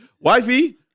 Wifey